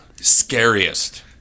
Scariest